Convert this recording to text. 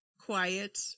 quiet